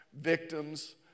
victims